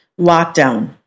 lockdown